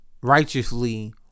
righteously